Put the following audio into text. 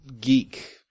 geek